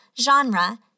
genre